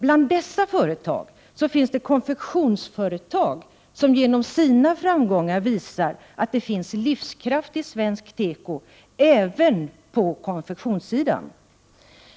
Bland dessa företag finns konfektionsföretag, som genom sina framgångar visar att det finns livskraft i svensk teko även på konfektionssidan.